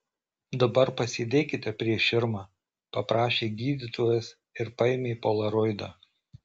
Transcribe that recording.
dabar pasėdėkite prieš širmą paprašė gydytojas ir paėmė polaroidą